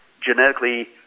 genetically